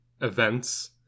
events